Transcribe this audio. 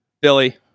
Billy